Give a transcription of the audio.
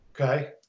Okay